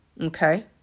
Okay